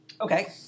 okay